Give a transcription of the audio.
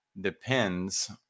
depends